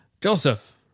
Joseph